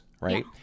right